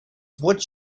what